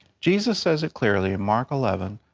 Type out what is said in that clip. jesus says it clearly in mark eleven